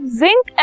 zinc